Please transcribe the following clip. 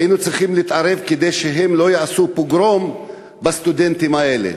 והיינו צריכים להתערב כדי שהם לא יעשו פוגרום בסטודנטים האלה.